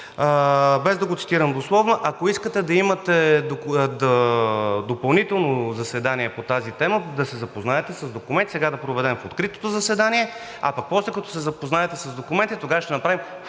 без да го цитирам дословно: ако искате да имате допълнително заседание по тази тема, да се запознаете с документа. Сега да проведем откритото заседание, а пък после, като се запознаете с документа, тогава ще направим